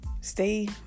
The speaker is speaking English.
stay